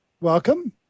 welcome